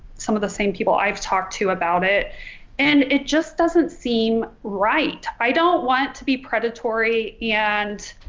some of the same people i've talked to about it and it just doesn't seem right i don't want to be predatory and